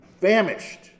famished